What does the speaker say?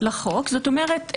זאת אומרת,